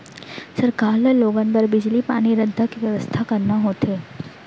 सरकार ल लोगन बर बिजली, पानी, रद्दा के बेवस्था करना होथे